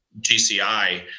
GCI